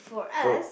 so